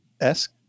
esque